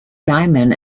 gaiman